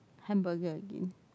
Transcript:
hamburger again